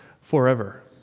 forever